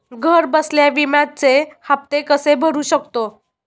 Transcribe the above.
घरबसल्या विम्याचे हफ्ते कसे भरू शकतो?